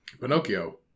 Pinocchio